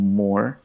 more